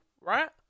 right